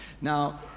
Now